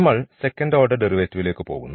നമ്മൾ second order ഡെറിവേറ്റീവിലേക്ക് പോകുന്നു